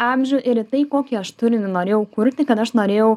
amžių ir į tai kokį aš turinį norėjau kurti kad aš norėjau